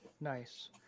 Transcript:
nice